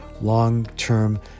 long-term